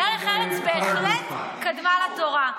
דרך ארץ בהחלט קדמה לתורה.